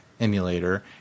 emulator